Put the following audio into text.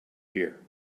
here